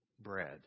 bread